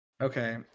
Okay